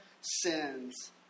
sins